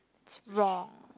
it's wrong